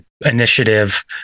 initiative